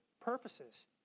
purposes